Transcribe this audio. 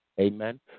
Amen